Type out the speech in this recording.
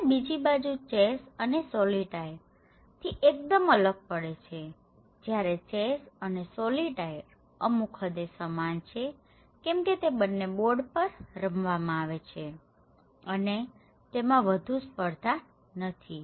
જયારે બીજી બાજુ તે ચેસ અને સોલિતાઇર થી એકદમ અલગ પડે છે જ્યારે ચેસ અને સોલિતાઇર અમુક હદે સમાન છે કેમકે તે બંને બોર્ડ પર રમવામાં આવે છે અને તેમાં વધુ સ્પર્ધા નથી